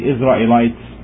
Israelites